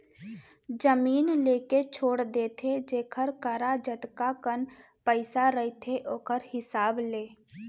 जमीन लेके छोड़ देथे जेखर करा जतका कन पइसा रहिथे ओखर हिसाब ले